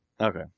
Okay